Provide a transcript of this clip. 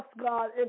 God